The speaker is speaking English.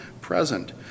present